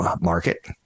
market